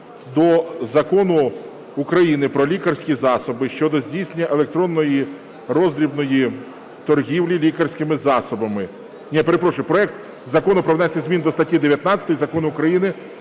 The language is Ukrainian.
до Закону України "Про лікарські засоби" (щодо здійснення електронної роздрібної торгівлі лікарськими засобами). Ні, перепрошую. Проект Закону про внесення змін до статті 19 Закону України